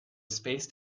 spaced